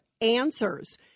answers